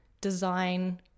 design